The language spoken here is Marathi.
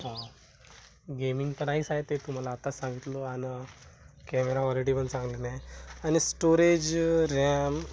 हां गेमिंग तर नाहीच आहे ते तुम्हाला आत्ताच सांगितलो आणि कॅमेरा कॉलिटी पण चांगली नाही आहे आणि स्टोरेज ऱ्याम